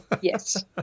Yes